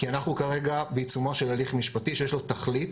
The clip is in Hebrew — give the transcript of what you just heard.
כי אנחנו כרגע בעיצומו של הליך משפטי שיש לו תכלית